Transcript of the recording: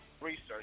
Research